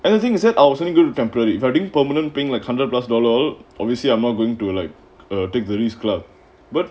and the thing is that I wasn't going to temporary flooding permanent paying like hundred plus dollar obviously I'm not going to like err take the risk club but